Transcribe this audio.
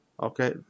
Okay